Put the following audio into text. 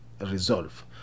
resolve